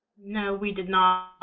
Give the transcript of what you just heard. no, we did not.